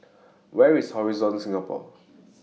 Where IS Horizon Singapore